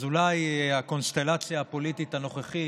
אז אולי הקונסטלציה הפוליטית הנוכחית,